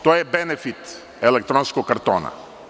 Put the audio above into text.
To je benefit elektronskog kartona.